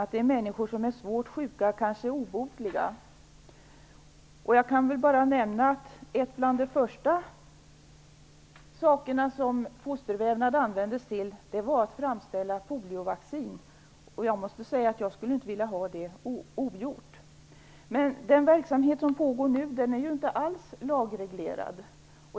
Det kan gälla svårt sjuka människor och människor som kanske är obotligt sjuka. Ett av de första områdena där fostervävnad användes var framställningen av poliovaccin. Jag måste säga att jag inte skulle vilja ha det ogjort. Den verksamhet som nu pågår är ju alls inte lagreglerad.